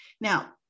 Now